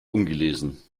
ungelesen